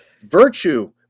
Virtue